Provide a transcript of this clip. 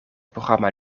programma